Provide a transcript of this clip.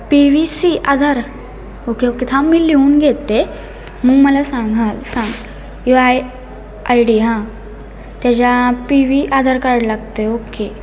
P V C Aadhaar okay okay थांब मी लिहून घेते ते मग मला सांग हा सांग यू आय आय डी हां त्याच्या पी वी आधार कार्ड लागतं आहे ओके